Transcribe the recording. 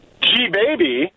G-Baby